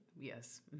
yes